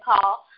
call